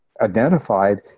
identified